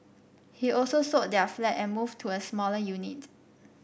he also sold their flat and moved to a smaller unit